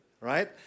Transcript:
right